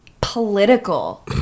political